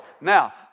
Now